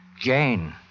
Jane